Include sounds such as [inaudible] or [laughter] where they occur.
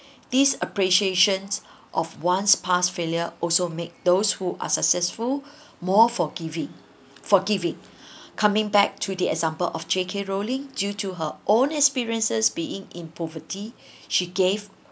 these appreciation of once past failure also make those who are successful [breath] more forgiving forgiving coming back to the example of j k rowling due to her own experiences being in poverty [breath] she gave